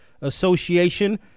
Association